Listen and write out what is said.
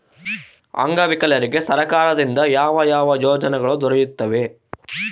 ಅಂಗವಿಕಲರಿಗೆ ಸರ್ಕಾರದಿಂದ ಯಾವ ಯಾವ ಯೋಜನೆಗಳು ದೊರೆಯುತ್ತವೆ?